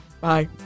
Bye